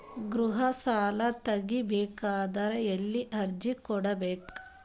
ಗೃಹ ಸಾಲಾ ತಗಿ ಬೇಕಾದರ ಎಲ್ಲಿ ಅರ್ಜಿ ಕೊಡಬೇಕು?